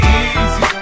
easy